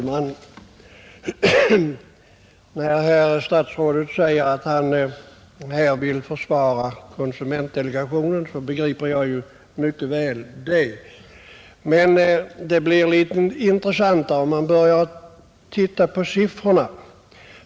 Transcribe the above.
Herr talman! Jag hörde statsrådet säga att han vill försvara konsumentdelegationen, och jag begriper det mycket väl. Det hela blir emellertid intressantare om man ser litet närmare på siffrorna.